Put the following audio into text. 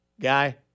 guy